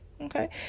Okay